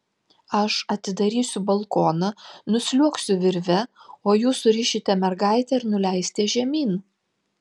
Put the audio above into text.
aš atidarysiu balkoną nusliuogsiu virve o jūs surišite mergaitę ir nuleisite žemyn